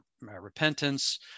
repentance